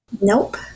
Nope